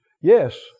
yes